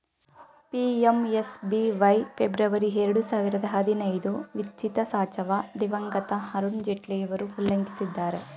PMSBY February ಎರಡು ಸಾವಿರದ ಹದಿನೈದು ವಿತ್ಚಿತಸಾಚವ ದಿವಂಗತ ಅರುಣ್ ಜೇಟ್ಲಿಯವರು ಉಲ್ಲೇಖಿಸಿದ್ದರೆ